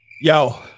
Yo